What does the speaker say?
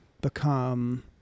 become